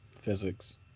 physics